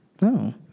No